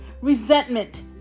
resentment